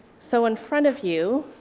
so in front of you,